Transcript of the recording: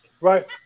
right